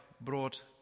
brought